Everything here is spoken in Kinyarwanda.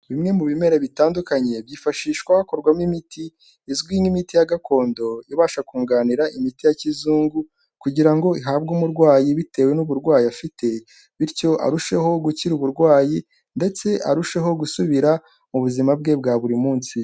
Bimwe mu bimera bitandukanye, byifashishwa hakorwamo imiti izwi nk'imiti ya gakondo, ibasha kunganira imiti ya kizungu, kugira ngo ihabwe umurwayi bitewe n'uburwayi afite, bityo arusheho gukira uburwayi ndetse arusheho gusubira mu buzima bwe bwa buri munsi.